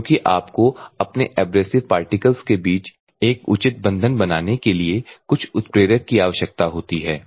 क्योंकि आपको अपने एब्रेसिव पार्टिकल्स के बीच एक उचित बंधन बनाने के लिए कुछ उत्प्रेरक की आवश्यकता होती है